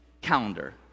calendar